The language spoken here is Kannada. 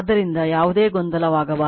ಆದ್ದರಿಂದ ಯಾವುದೇ ಗೊಂದಲವಾಗಬಾರದು